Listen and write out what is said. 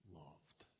loved